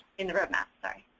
in the roadmap sorry.